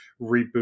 Reboot